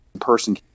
person